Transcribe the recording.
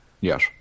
Yes